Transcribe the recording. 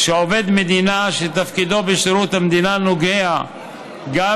כשעובד מדינה שתפקידו בשירות המדינה נוגע גם